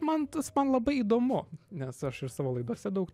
man tas man labai įdomu nes aš ir savo laidose daug